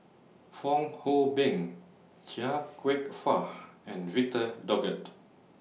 Fong Hoe Beng Chia Kwek Fah and Victor Doggett